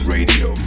Radio